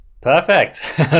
Perfect